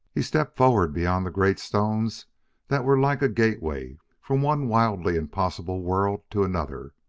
he stepped forward beyond the great stones that were like a gateway from one wildly impossible world to another.